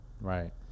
Right